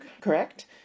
correct